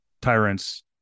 tyrants